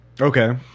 Okay